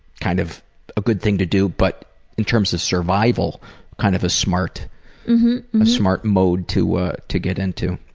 kind of a good thing to do but in terms of survival kind of a smart smart mode to ah to get into.